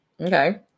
Okay